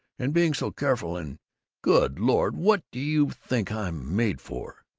and being so careful and good lord, what do you think i'm made for?